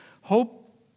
hope